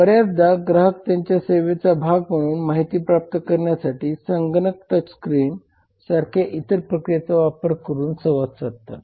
बर्याचदा ग्राहक त्यांच्या सेवेचा भाग म्हणून माहिती प्राप्त करण्यासाठी संगणक टच स्क्रीन सारख्या इतर प्रक्रियेचा वापर करून संवाद साधतात